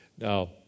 Now